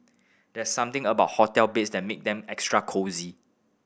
there's something about hotel beds that make them extra cosy